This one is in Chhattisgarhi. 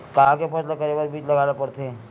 का के फसल करे बर बीज लगाए ला पड़थे?